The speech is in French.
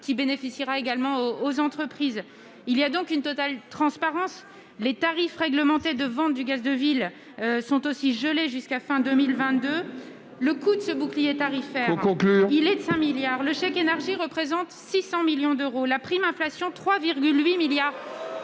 qui bénéficiera également aux entreprises. Il y a donc une totale transparence. Les tarifs réglementés de vente du gaz de ville sont aussi gelés jusqu'à la fin de l'année 2022. Le coût de ce bouclier tarifaire ... Il faut conclure !... est de 5 milliards d'euros, le chèque énergie représente 600 millions d'euros, la prime inflation, 3,8 milliards